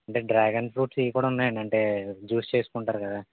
అంటే dragon fruits ఇవి కూడా ఉన్నాయండి అంటే జూస్ చేసుకుంటారు కదా